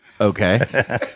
okay